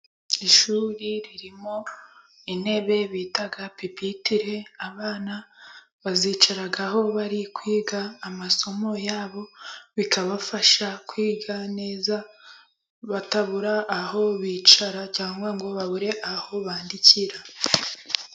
Ishuri ririmo intebe bita pipitire. Abana bazicaraho bari kwiga amasomo yabo. Bikabafasha kwiga neza, batabura aho bicara cyangwa ngo babure aho bandikira.